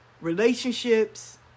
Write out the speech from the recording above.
relationships